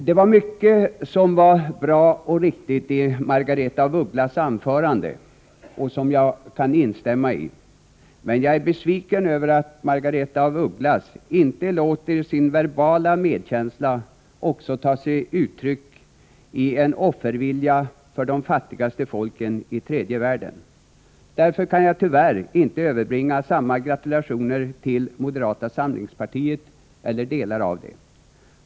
Det var mycket som var bra och riktigt i Margaretha af Ugglas anförande, och som jag kan instämma i. Men jag är besviken över att Margaretha af Ugglas inte låter sin verbala medkänsla också ta sig uttryck i en offervilja för de fattigaste folken i tredje världen. Därför kan jag tyvärr inte överbringa samma gratulation till moderata samlingspartiet eller delar av det.